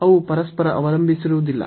ಅವು ಪರಸ್ಪರ ಅವಲಂಬಿಸಿರುವುದಿಲ್ಲ